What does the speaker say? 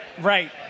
Right